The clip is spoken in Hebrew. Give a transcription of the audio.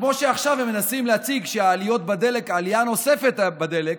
כמו שעכשיו הם מנסים להציג שהעלייה הנוספת בדלק,